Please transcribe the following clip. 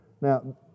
Now